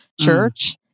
church